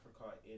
Africa